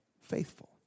faithful